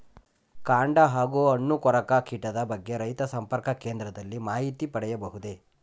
ಕಾಂಡ ಹಾಗೂ ಹಣ್ಣು ಕೊರಕ ಕೀಟದ ಬಗ್ಗೆ ರೈತ ಸಂಪರ್ಕ ಕೇಂದ್ರದಲ್ಲಿ ಮಾಹಿತಿ ಪಡೆಯಬಹುದೇ?